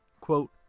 quote